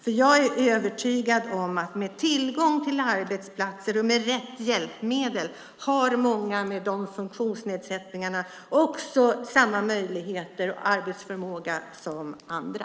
Jag är nämligen övertygad om att med tillgång till arbetsplatser och med rätt hjälpmedel har många med dessa funktionsnedsättningar samma möjligheter och arbetsförmåga som andra.